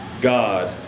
God